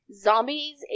zombies